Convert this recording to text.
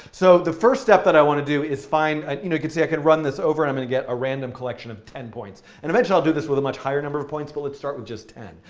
so the first step that i want to do is find ah you know could say i could run this over and i'm going to get a random collection of ten points. and eventually i'll do this with a much higher number of points, but let's start with just ten.